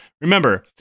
Remember